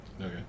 Okay